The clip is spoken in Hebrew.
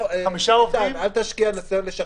עובדים --- אל תשקיע בניסיון לשכנע.